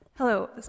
Hello